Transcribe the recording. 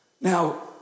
Now